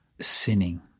sinning